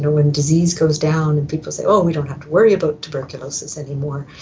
when disease goes down and people say, oh, we don't have to worry about tuberculosis anymore,